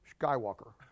Skywalker